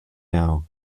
now